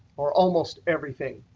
or almost everything.